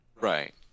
Right